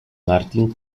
martin